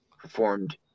performed